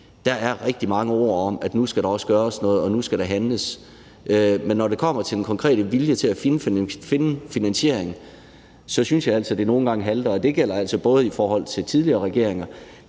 kommer rigtig mange ord om, at nu skal der også gøres noget, og at der nu skal handles, men når det kommer til den konkrete vilje til at finde finansieringen, synes jeg altså, at det nogle gange halter, og det gælder altså både i forhold til tidligere regeringer,